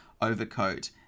overcoat